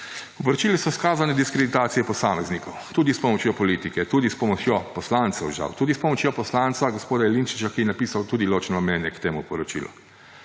V poročilu so izkazane diskreditacije posameznikov. Tudi s pomočjo politike, tudi s pomočjo poslancev, žal. Tudi s pomočjo poslanca gospoda Jelinčiča, ki je napisal tudi ločeno mnenje k temu poročilu.